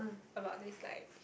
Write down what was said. about this like